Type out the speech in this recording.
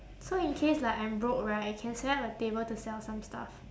so in case like I'm broke right I can set up a table to sell some stuff